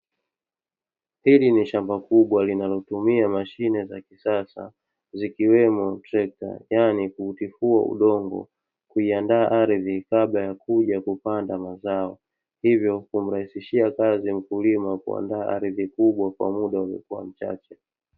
Hili ni shamba kubwa linalotumia mashine za kisasa, zikiwemo trekta, yaani kuutifua udongo, kuiandaa ardhi kabla ya kuja kupanda mazao. Hivyo humrahisishia mkulima kuandaa ardhi kubwa kwa muda uliokuwa mchache.